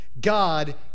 God